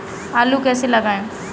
आलू कैसे लगाएँ?